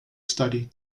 study